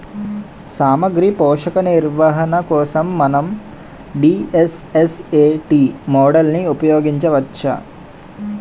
సామాగ్రి పోషక నిర్వహణ కోసం మనం డి.ఎస్.ఎస్.ఎ.టీ మోడల్ని ఉపయోగించవచ్చా?